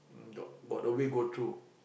got a way go through